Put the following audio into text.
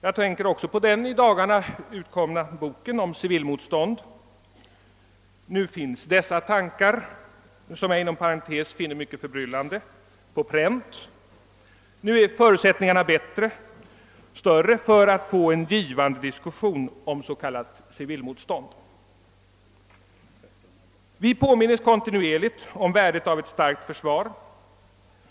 Jag tänker också på den i dagarna utkomna boken om civilmotstånd. Nu finns dessa tankar, som jag inom parentes sagt finner förbryllande, på pränt. Nu är förutsättningarna större för att få en givande diskussion om s.k. civilmotstånd. Vi påminnes kontinuerligt om värdet av ett starkt försvar.